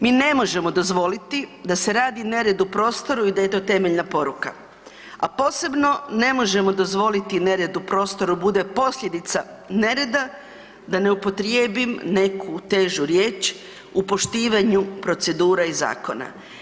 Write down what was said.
Mi ne možemo dozvoliti da se radi nered u prostoru i da je to temeljna poruka, a posebno ne možemo dozvoliti nered u prostoru bude posljedica nereda da ne upotrijebim neku težu riječ u poštivanju procedure i zakona.